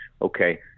Okay